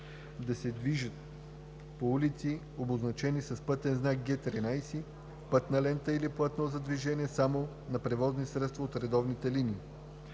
да се движи по улици, обозначени с пътен знак Г13 – „Пътна лента или платно за движение само на превозни средства от редовните линии“;